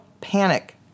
panic